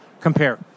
compare